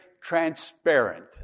transparent